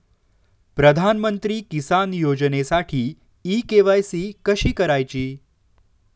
प्रधानमंत्री किसान योजनेसाठी इ के.वाय.सी कशी करायची?